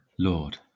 Lord